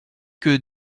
que